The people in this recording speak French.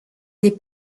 des